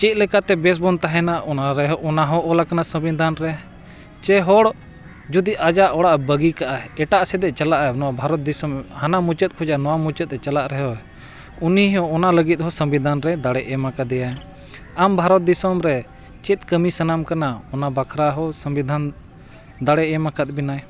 ᱪᱮᱫ ᱞᱮᱠᱟᱛᱮ ᱵᱮᱥ ᱵᱚᱱ ᱛᱟᱦᱮᱱᱟ ᱚᱱᱟ ᱨᱮᱦᱚᱸ ᱚᱱᱟ ᱦᱚᱸ ᱚᱞ ᱟᱠᱟᱱᱟ ᱥᱚᱝᱵᱤᱫᱷᱟᱱ ᱨᱮ ᱥᱮ ᱦᱚᱲ ᱡᱩᱫᱤ ᱟᱡᱟᱜ ᱚᱲᱟᱜ ᱵᱟᱹᱜᱤ ᱠᱟᱜ ᱟᱭ ᱮᱴᱟᱜ ᱥᱮᱫ ᱮ ᱪᱟᱞᱟᱜ ᱟᱭ ᱱᱚᱣᱟ ᱵᱷᱟᱨᱚᱛ ᱫᱤᱥᱚᱢ ᱦᱟᱱᱟ ᱢᱩᱪᱟᱹᱫ ᱠᱷᱚᱡᱟ ᱱᱚᱣᱟ ᱢᱩᱪᱟᱹᱫ ᱮ ᱪᱟᱞᱟᱜ ᱨᱮᱦᱚᱸ ᱩᱱᱤ ᱦᱚᱸ ᱚᱱᱟ ᱞᱟᱹᱜᱤᱫ ᱦᱚᱸ ᱥᱚᱝᱵᱤᱫᱷᱟᱱ ᱨᱮ ᱫᱟᱲᱮ ᱮᱢ ᱟᱠᱟᱫᱮᱭᱟ ᱟᱢ ᱵᱷᱟᱨᱚᱛ ᱫᱤᱥᱚᱢ ᱨᱮ ᱪᱮᱫ ᱠᱟᱹᱢᱤ ᱥᱟᱱᱟᱢ ᱠᱟᱱᱟ ᱚᱱᱟ ᱵᱟᱠᱷᱨᱟ ᱦᱚᱸ ᱥᱚᱝᱵᱤᱫᱷᱟᱱ ᱫᱟᱲᱮ ᱮᱢ ᱟᱠᱟᱫ ᱵᱮᱱᱟᱭ